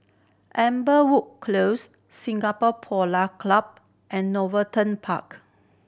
Amberwood Close Singapore Polo Club and Park